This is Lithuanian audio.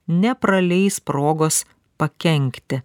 nepraleis progos pakenkti